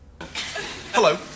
Hello